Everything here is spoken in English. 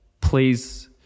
Please